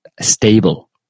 stable